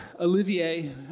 Olivier